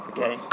Okay